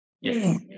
Yes